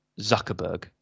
Zuckerberg